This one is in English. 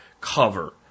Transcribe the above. cover